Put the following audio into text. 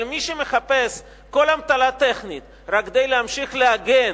אבל מי שמחפש כל אמתלה טכנית רק כדי להמשיך להגן